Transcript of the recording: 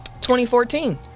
2014